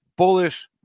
bullish